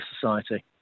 society